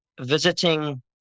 visiting